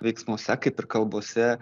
veiksmuose kaip ir kalbose